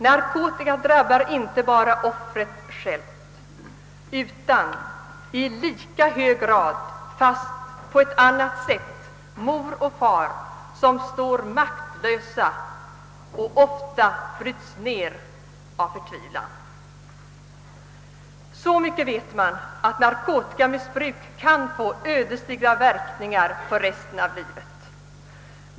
Narkotikan drabbar inte bara offret självt utan i lika hög grad — fast på annat sätt — mor och far, som står maktlösa och ofta bryts ned av förtvivlan. Så mycket vet man som att narkotikamissbruk kan få ödesdigra verkningar för resten av livet.